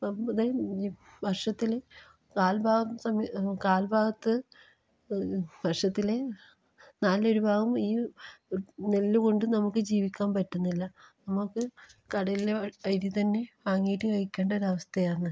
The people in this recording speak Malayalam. ഇപ്പം മുതൽ വർഷത്തിൽ കാൽ ഭാഗത്തും സമയത്ത് കാൽ ഭാഗത്ത് വർഷത്തിൽ നാലിലൊരു ഭാഗം ഈ നെല്ല് കൊണ്ടും നമുക്ക് ജീവിക്കാൻ പറ്റുന്നില്ല നമുക്ക് കടയിൽ അരി തന്നെ വാങ്ങീട്ട് കഴിക്കേണ്ട ഒരവസ്ഥയാണ്